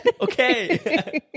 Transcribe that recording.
Okay